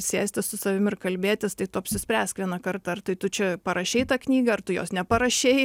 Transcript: sėsti su savimi ir kalbėtis tai tu apsispręsk vieną kartą tu čia parašei tą knygą ar tu jos neparašei